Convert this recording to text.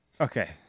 Okay